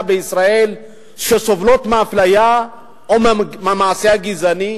בישראל שסובלות מאפליה או ממעשה גזעני?